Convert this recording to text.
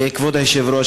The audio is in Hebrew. כבוד היושב-ראש,